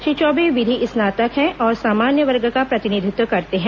श्री चौबे विधि स्नातक हैं और सामान्य वर्ग का प्रतिनिधित्व करते हैं